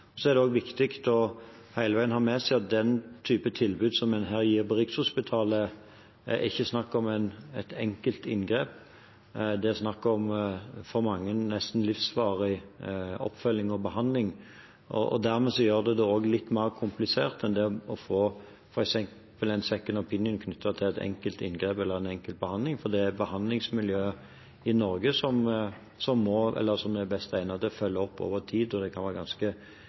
Det er også viktig hele veien å ha med seg at den typen tilbud som en gir på Rikshospitalet, ikke er et enkelt inngrep. Det er for mange snakk om nesten livsvarig oppfølging og behandling. Det gjør det dermed litt mer komplisert enn det å få en «second opinion» knyttet til et enkelt inngrep eller en enkelt behandling, for det er behandlingsmiljøet i Norge som er best egnet til å følge opp over tid. Det kan være ganske